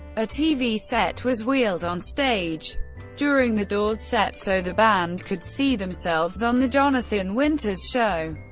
a tv set was wheeled onstage during the doors set so the band could see themselves on the jonathan winters show.